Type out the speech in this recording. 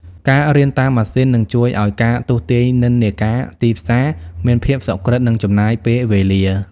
ការរៀនតាមម៉ាស៊ីននឹងជួយឱ្យការទស្សន៍ទាយនិន្នាការទីផ្សារមានភាពសុក្រិត និងចំណេញពេលវេលា។